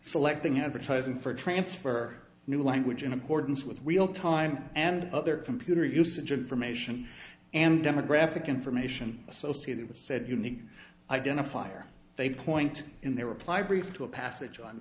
selecting advertising for transfer new language in accordance with real time and other computer usage information and demographic information associated with said unique identifier they point in their reply brief to a passage on